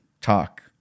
talk